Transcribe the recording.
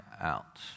out